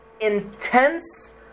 intense